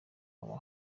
haba